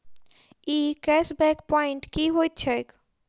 ई cash back point की होइत छैक?